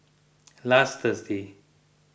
last Thursday